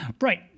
Right